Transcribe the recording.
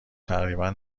تقریبا